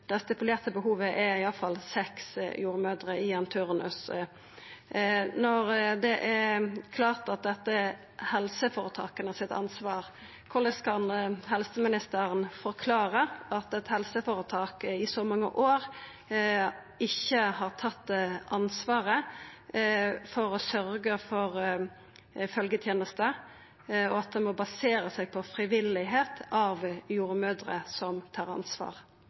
det stipulerte behovet er iallfall seks jordmødrer i ein turnus. Når det er klart at dette er ansvaret til helseføretaka, korleis kan helseministeren forklara at eit helseføretak i så mange år ikkje har tatt ansvaret for å sørgja for følgjetenesta, og at ein må basera seg på frivillig innsats av jordmødrer som tar ansvar?